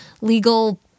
legal